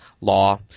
law